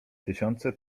tysiące